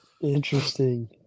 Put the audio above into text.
Interesting